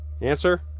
Answer